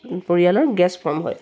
পৰিয়ালৰ গেছ ফৰ্ম হয়